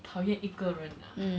讨厌一个人 ah